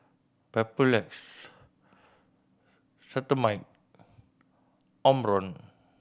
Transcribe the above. Papulex Cetrimide Omron